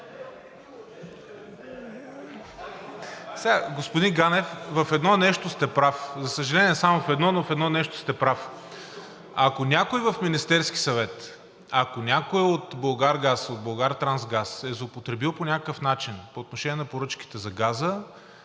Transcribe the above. Господин Ганев, в едно нещо сте прав – за съжаление, само в едно, но в едно нещо сте прав. Ако някой в Министерския съвет, ако някой от „Булгаргаз“, от „Булгартрансгаз“ е злоупотребил по някакъв начин по отношение на поръчките за газа,